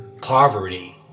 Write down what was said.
Poverty